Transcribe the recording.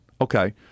Okay